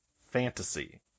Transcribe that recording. fantasy